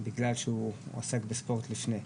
בגלל שהוא עסק בספורט לפני.